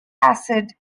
acid